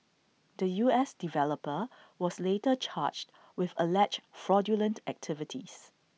the U S developer was later charged with alleged fraudulent activities